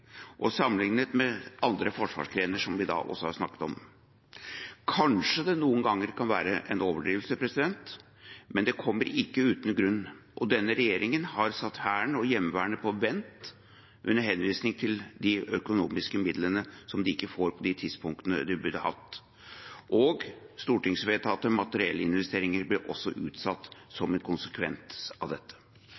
sammenlignet med andre forsvarsgrener som vi også har snakket om. Kanskje det noen ganger vil være en overdrivelse, men det kommer ikke uten grunn. Denne regjeringen har satt Hæren og Heimevernet på vent under henvisning til de økonomiske midlene som de ikke får på de tidspunktene de burde hatt dem. Stortingsvedtatte materiellinvesteringer ble også utsatt som